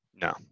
No